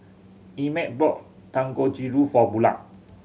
Emett bought Dangojiru for Bulah